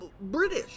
British